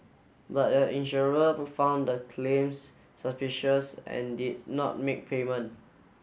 but a insurer found the claims suspicious and did not make payment